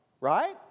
Right